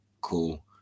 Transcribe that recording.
Cool